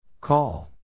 Call